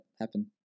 happen